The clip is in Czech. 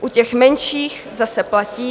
U těch menších zase platí